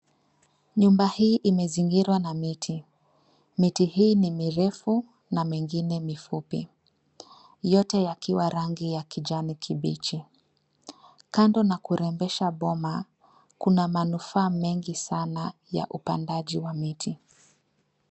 Nyumba hii imezingirwa na miti. Miti hii ni mirefu na mengine ni fupi. Yote yakiwa rangi ya kijani kibichi. Kando na kurembesha boma, kuna manufaa mengi sana ya upandaji wa miti.